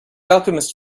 alchemist